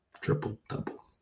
triple-double